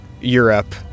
Europe